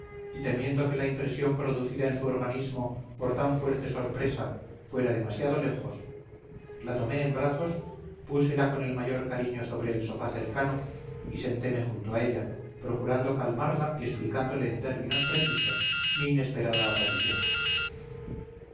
y temiendo que la impresión producida en su organismo por tan fuerte sorpresa fuera demasiado lejos la tomé en brazos púsela con el mayor cariño sobre el sofá cercano y senteme junto a ella procurando calmarla y explicándole en términos precisos mi inesperada aparición